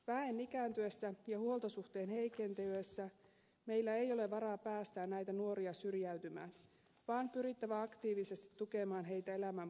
väen ikääntyessä ja huoltosuhteen heikentyessä meillä ei ole varaa päästää näitä nuoria syrjäytymään vaan on pyrittävä aktiivisesti tukemaan heitä elämänpoluilla